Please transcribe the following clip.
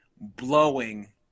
blowing